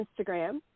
Instagram